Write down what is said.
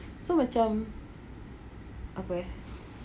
so macam apa ya